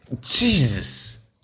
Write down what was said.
Jesus